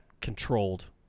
controlled